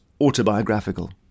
autobiographical